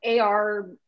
AR